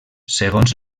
segons